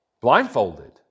Blindfolded